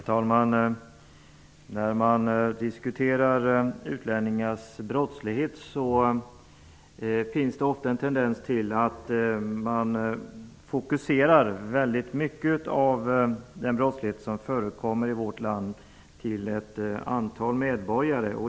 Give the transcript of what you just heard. Herr talman! När man diskuterar utlänningars brottslighet finns det ofta en tendens till att fokusera väldigt mycket av den brottslighet som förekommer i vårt land till ett antal medborgare.